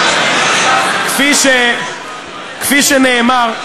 כפי שנאמר,